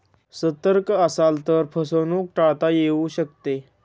सतर्क असाल तर फसवणूक टाळता येऊ शकते